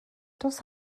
dos